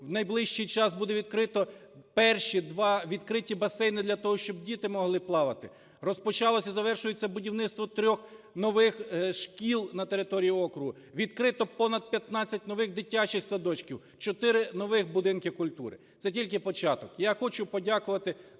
в найближчий час буде відкрито перші два відкриті басейни для того, щоб діти могли плавати. Розпочалося і завершується будівництво 3 нових шкіл та території округу, відкрито понад п'ятнадцять нових дитячих садочків, 4 нових будинків культури. Це тільки початок. Я хочу подякувати